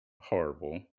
horrible